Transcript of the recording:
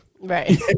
Right